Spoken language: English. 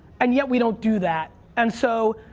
and yet we don't do that. and so,